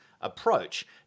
approach